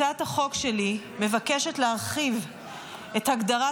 הצעת החוק שלי מבקשת להרחיב את הגדרת